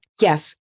Yes